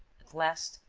at last,